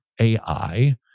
AI